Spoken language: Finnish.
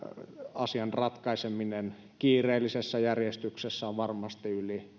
asian ratkaiseminen kiireellisessä järjestyksessä on varmasti